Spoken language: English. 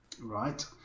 Right